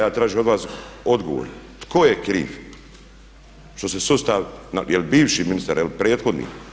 Ja tražim od vas odgovor tko je kriv što se sustav, jel' bivši ministar, jel' prethodni?